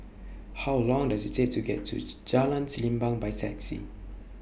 How Long Does IT Take to get to Jalan Sembilang By Taxi